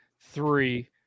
three